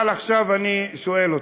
אבל עכשיו אני שואל אתכם: